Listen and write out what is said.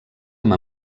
amb